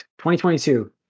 2022